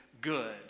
good